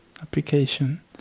application